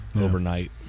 overnight